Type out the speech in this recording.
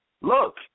look